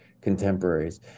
contemporaries